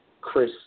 Chris